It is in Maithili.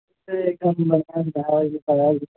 एलेक्शन कए ई मकान भएके पढ़ाइ डिस्टर्ब